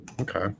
Okay